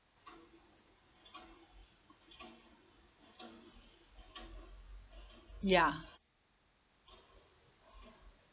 ya